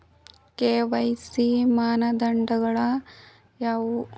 KYC ಮಾನದಂಡಗಳು ಯಾವುವು?